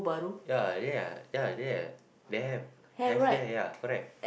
ya ya ya ya they have there ya correct